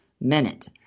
minute